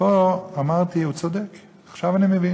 אנחנו מקווים